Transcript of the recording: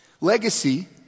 Legacy